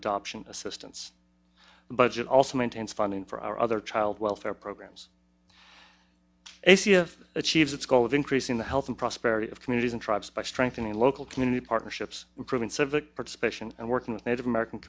adoption assistance budget also maintains funding for other child welfare programs a sea of achieves its goal of increasing the health and prosperity of communities and tribes by strengthening local community partnerships improving civic participation and working with native american